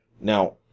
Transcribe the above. Now